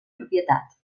propietat